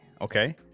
okay